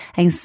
em